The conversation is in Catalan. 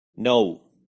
nou